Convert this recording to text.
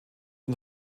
und